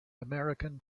american